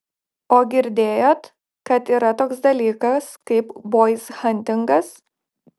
o girdėjot kad yra toks dalykas kaip boizhantingas